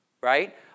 right